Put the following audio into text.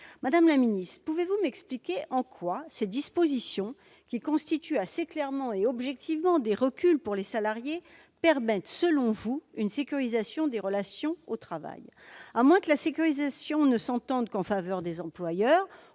Madame la ministre, pouvez-vous m'expliquer en quoi ces dispositions, qui constituent assez clairement et objectivement des reculs pour les salariés, permettent une sécurisation des relations de travail ? À moins que la sécurisation ne s'entende qu'en faveur des employeurs,